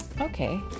okay